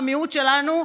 במיעוט שלנו,